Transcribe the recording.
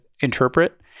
interpret